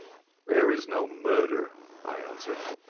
there is no murder i answered.